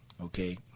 okay